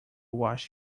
wash